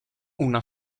una